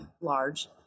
large